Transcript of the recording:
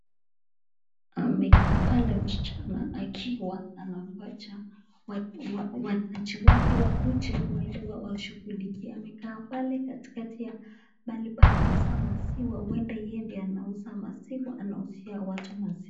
Anakaa pale msichana akiwa anangoja wakaaji wake wakuje waende washughulikie, amekaa pale katikati ya mahali pa kuuza maziwa, huenda yeye ndo anauza maziwa, anauzia watu maziwa.